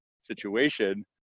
situation